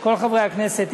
כל חברי הכנסת,